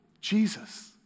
Jesus